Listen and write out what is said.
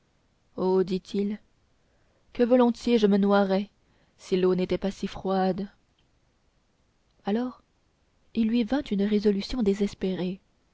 oh dit-il que volontiers je me noierais si l'eau n'était pas si froide alors il lui vint une résolution désespérée